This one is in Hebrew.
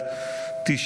חברות וחברי הכנסת,